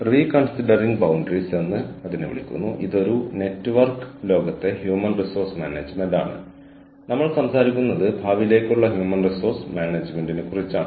reconsidering boundaries human resource management in a networked world Reconsidering Boundaries Human Resource Management in a Networked World എന്നാണ് ഇതിനെ വിളിക്കുന്നത്